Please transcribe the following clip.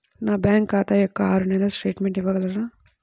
నా బ్యాంకు ఖాతా యొక్క ఆరు నెలల స్టేట్మెంట్ ఇవ్వగలరా?